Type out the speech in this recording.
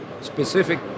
specific